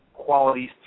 qualities